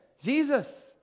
Jesus